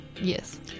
Yes